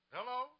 Hello